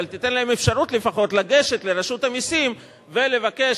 אבל תיתן להן אפשרות לפחות לגשת לרשות המסים ולבקש